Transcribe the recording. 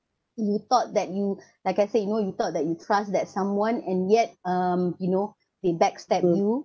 you thought that you like I said you know you thought that you trust that someone and yet um you know they back stab you